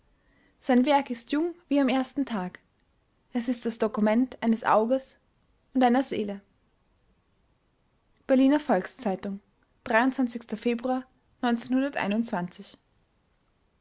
sein werk ist jung wie am ersten tag es ist das dokument eines auges und einer seele berliner volks-zeitung februar